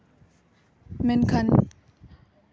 ᱢᱮᱱᱠᱷᱟᱱ